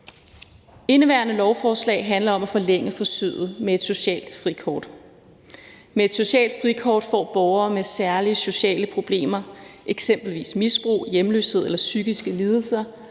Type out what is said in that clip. nogle. Dette lovforslag handler om at forlænge forsøget med et socialt frikort. Med et socialt frikort får borgere med særlige sociale problemer, eksempelvis misbrug, hjemløshed eller psykiske lidelser,